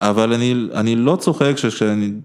אבל אני לא צוחק שכשאני...